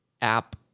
app